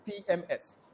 pms